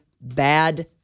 Bad